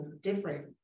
different